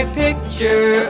picture